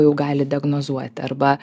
jau gali diagnozuoti arba